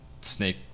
Snake